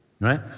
Right